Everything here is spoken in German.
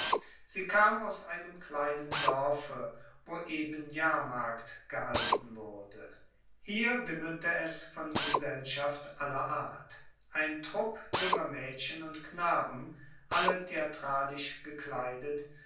sie kam aus einem kleinen dorfe wo eben jahrmarkt gehalten wurde hier wimmelte es von gesellschaft aller art ein trupp junger mädchen und knaben alle theatralisch gekleidet